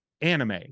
anime